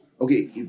Okay